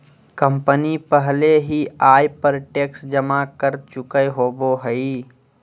company पहले ही आय पर टैक्स जमा कर चुकय होबो हइ